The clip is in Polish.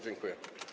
Dziękuję.